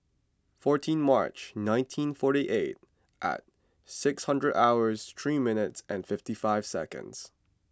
fourteen March nineteen forty eight and six hundred hours three minutes and fifty five seconds